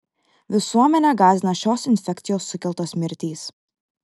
visuomenę gąsdina šios infekcijos sukeltos mirtys